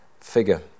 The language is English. figure